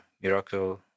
miracle